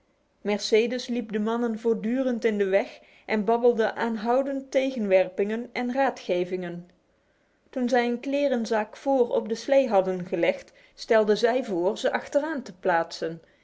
mercedes liep de mannen voortdurend in de weg en babbelde aanhoudend tegenwerpingen en raadgevingen toen zij een klerenzak vr op de slee hadden gelegd stelde zij voor hem achteraan te plaatsen